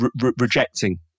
rejecting